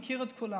אני מכיר את כולם,